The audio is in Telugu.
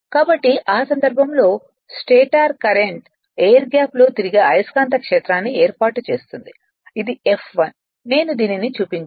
కాబట్టి ఆ సందర్భంలో స్టేటర్ కరెంట్ ఎయిర్ గ్యాప్ లో తిరిగే అయస్కాంత క్షేత్రాన్ని ఏర్పాటు చేస్తుంది ఇది F1 నేను దీనిని చూపించాను